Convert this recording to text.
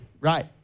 right